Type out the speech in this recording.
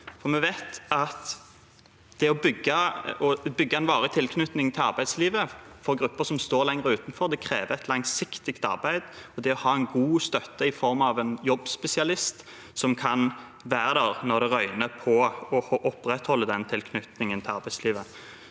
Vi vet at å bygge en varig tilknytning til arbeidslivet for grupper som står lenge utenfor, krever et lang siktig arbeid og god støtte i form av en jobbspesialist som kan være der når det røyner på, og opprettholde tilknytningen til arbeidslivet.